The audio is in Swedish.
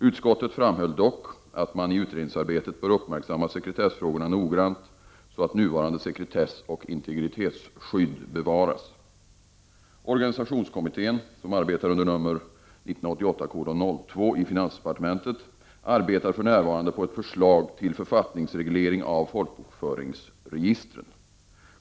Utskottet framhöll dock att man i utredningsarbetet bör uppmärksamma sekretessfrågorna noggrant så att nuvarande sekretessoch integritetsskydd bevaras. Organisationskommittén arbetar för närvarande på ett förslag till författningsreglering av folkbokföringsregistren.